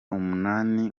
umunani